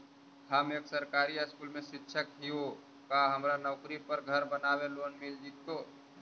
हम एक सरकारी स्कूल में शिक्षक हियै का हमरा नौकरी पर घर बनाबे लोन मिल जितै?